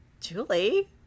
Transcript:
Julie